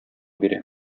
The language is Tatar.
бирә